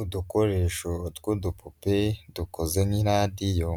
Udukoresho tw'udupupe dukoze nk'iradiyo,